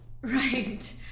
Right